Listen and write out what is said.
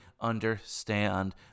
understand